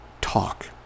talk